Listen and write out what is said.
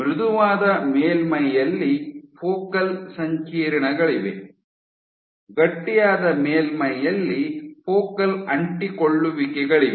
ಮೃದುವಾದ ಮೇಲ್ಮೈಯಲ್ಲಿ ಫೋಕಲ್ ಸಂಕೀರ್ಣಗಳಿವೆ ಗಟ್ಟಿಯಾದ ಮೇಲ್ಮೈಯಲ್ಲಿ ಫೋಕಲ್ ಅಂಟಿಕೊಳ್ಳುವಿಕೆಗಳಿವೆ